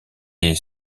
est